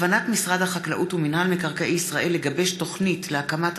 כוונת משרד החקלאות ומינהל מקרקעי ישראל לגבש תוכנית להקמת